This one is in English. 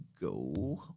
go